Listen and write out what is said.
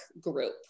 group